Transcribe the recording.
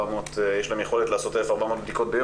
יש להם יכולת לעשות 1,400 בדיקות ביום,